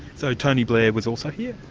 so tony blair was also here?